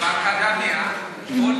באקדמיה זה קיים.